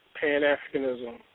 Pan-Africanism